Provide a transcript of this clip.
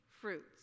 fruits